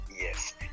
Yes